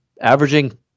Averaging